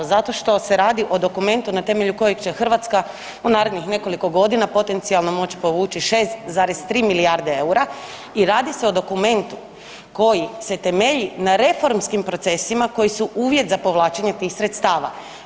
Zato što se radi o dokumentu na temelju kojeg će Hrvatska u narednih nekoliko godina potencijalno moć povući 6,3 milijarde EUR-a i radi se o dokumentu koji se temelji na reformskim procesima koji su uvjet za povlačenje tih sredstava.